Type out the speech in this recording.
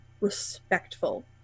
respectful